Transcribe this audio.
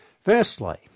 Firstly